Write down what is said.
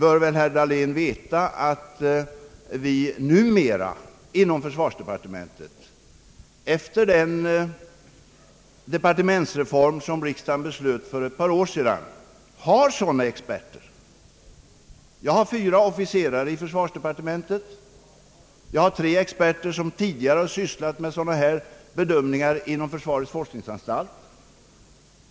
Herr Dahlén bör väl veta att vi numera inom försvarsdepartementet, efter den departementsreform som riksdagen beslöt för ett par år sedan, har sådana experter. Jag har fyra officerare i försvarsdepartementet, och jag har tre experter som tidigare har sysslat med sådana här bedömningar inom försvarets forskningsanstalt.